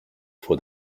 for